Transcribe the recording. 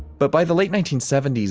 but by the late nineteen seventy s,